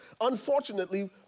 Unfortunately